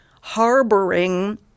harboring